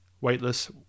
weightless